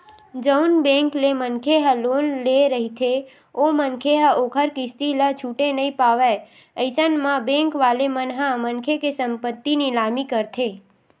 जउन बेंक ले मनखे ह लोन ले रहिथे ओ मनखे ह ओखर किस्ती ल छूटे नइ पावय अइसन म बेंक वाले मन ह मनखे के संपत्ति निलामी करथे